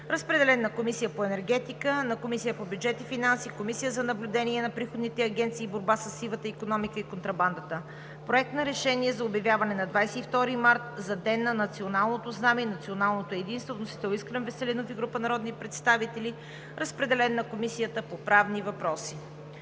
разпределен е и на Комисията по енергетика, на Комисията по бюджет и финанси, на Комисията за наблюдение на приходните агенции и борба със сивата икономика и контрабандата. Проект на решение за обявяване на 22 март за Ден на националното знаме и националното единство. Вносители са Искрен Веселинов и група народни представители. Разпределен е на Комисията по правни въпроси.